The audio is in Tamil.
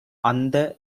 அந்த